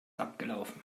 abgelaufen